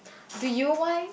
do you why